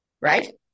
right